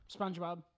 SpongeBob